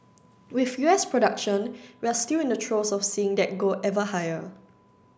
with U S production we're still in the throes of seeing that go ever higher